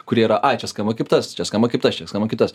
kurie yra ai čia skamba kaip tas čia skamba kaip tas čia skamba kaip tas